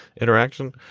interaction